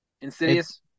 Insidious